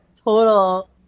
total